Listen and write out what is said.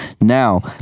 Now